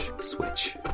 switch